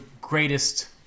greatest